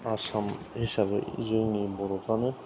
आसाम हिसाबै जोंनि बर'फ्रानो